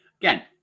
Again